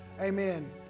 Amen